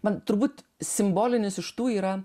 man turbūt simbolinis iš tų yra